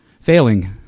Failing